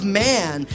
man